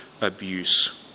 abuse